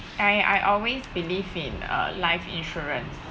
I I always believe in uh life insurance